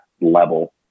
level